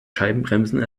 scheibenbremsen